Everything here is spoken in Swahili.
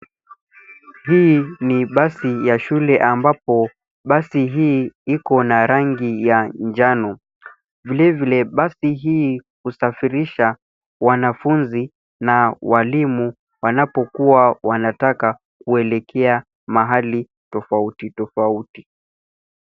Hii ni basi ya shule ambapo basi hii ikona rangi ya njano. Vilevile basi hii husafirisha wanafuzi na walimu wanapokuwa wanataka kuelekea mahali tofauti tofauti.